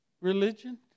religion